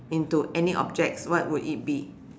into any objects what would it be